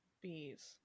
Bees